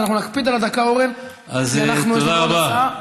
אנחנו נקפיד על הדקה, אורן, כי אנחנו, תודה רבה.